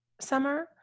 summer